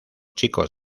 chicos